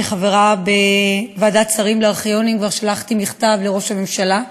כחברה בוועדת שרים לארכיונים כבר שלחתי מכתב לראש הממשלה,